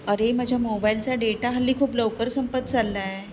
अरे माझ्या मोबाईलचा डेटा हल्ली खूप लवकर संपत चालला आहे